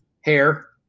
hair